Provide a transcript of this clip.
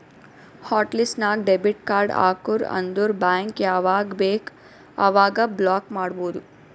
hot list ನಾಗ್ debit card ಹಾಕುರ್ ಅಂದುರ್ ಬ್ಯಾಂಕ್ ಯಾವಾಗ ಬೇಕ್ ಅವಾಗ ಬ್ಲಾಕ್ ಮಾಡ್ಬೋದು